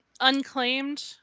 unclaimed